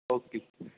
okay